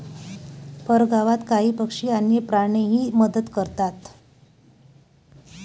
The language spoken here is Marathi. परगावात काही पक्षी आणि प्राणीही मदत करतात